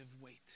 weight